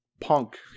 Punk